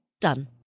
Done